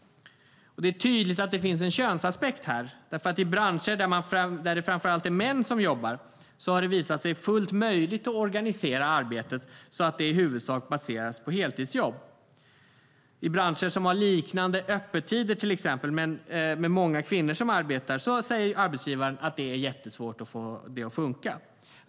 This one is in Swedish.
Det är tydligt att det här finns en könsaspekt. I branscher där det framför allt är män som jobbar har det visat sig fullt möjligt att organisera arbetet så att det i huvudsak baseras på heltidsjobb. I branscher som har liknande öppettider till exempel men med många kvinnor som arbetar säger arbetsgivaren att det är jättesvårt att få det att fungera.